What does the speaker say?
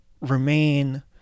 remain